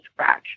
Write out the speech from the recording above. scratch